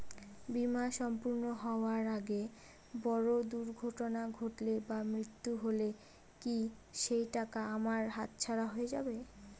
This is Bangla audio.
বীমা সম্পূর্ণ হওয়ার আগে বড় দুর্ঘটনা ঘটলে বা মৃত্যু হলে কি সেইটাকা আমার হাতছাড়া হয়ে যাবে?